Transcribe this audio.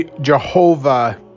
Jehovah